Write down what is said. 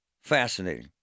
Fascinating